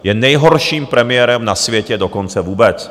Je nejhorším premiérem na světě dokonce vůbec.